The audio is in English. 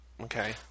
Okay